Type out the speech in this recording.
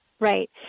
Right